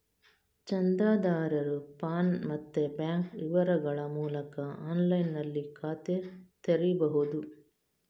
ಚಂದಾದಾರರು ಪಾನ್ ಮತ್ತೆ ಬ್ಯಾಂಕ್ ವಿವರಗಳ ಮೂಲಕ ಆನ್ಲೈನಿನಲ್ಲಿ ಖಾತೆ ತೆರೀಬಹುದು